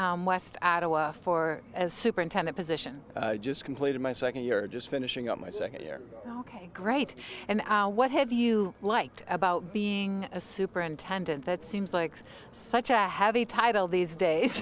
west for a superintendent position just completed my second year just finishing up my second year ok great and what have you liked about being a superintendent that seems like such a heavy title these days